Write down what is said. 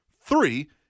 Three